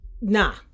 nah